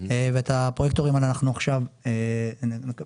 ואת הפרויקטורים אנחנו עכשיו בתהליך